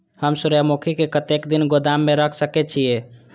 हम सूर्यमुखी के कतेक दिन गोदाम में रख सके छिए?